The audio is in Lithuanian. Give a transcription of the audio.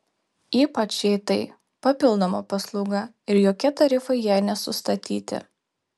ypač jei tai papildoma paslauga ir jokie tarifai jai nesustatyti